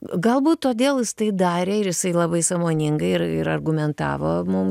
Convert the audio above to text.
galbūt todėl jis tai darė ir jisai labai sąmoningai ir ir argumentavo mum